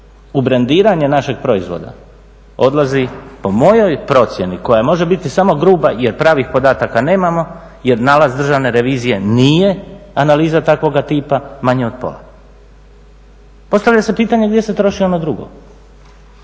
brendiranje našeg proizvoda odlazi po mojoj procjeni koja može biti samo gruba jer pravih podataka nemamo jer nalaz Državne revizije nije analiza takvoga tipa, manje od pola. Postavlja se pitanje gdje se troši ono drugo.